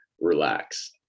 Relax